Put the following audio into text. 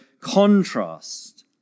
contrast